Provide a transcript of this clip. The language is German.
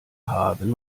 haben